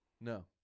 No